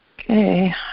Okay